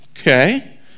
okay